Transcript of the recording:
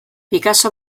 picasso